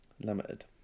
Limited